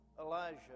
Elijah